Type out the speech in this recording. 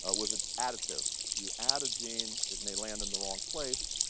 ah was an additive. you add a gene. it may land in the wrong place.